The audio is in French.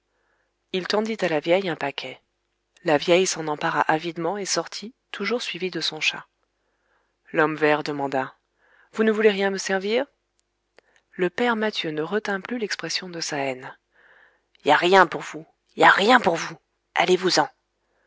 il tendit à la vieille un paquet la vieille s'en empara avidement et sortit toujours suivie de son chat l'homme vert demanda vous ne voulez rien me servir le père mathieu ne retint plus l'expression de sa haine y a rien pour vous y a rien pour vous allez-vousen